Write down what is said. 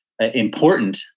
important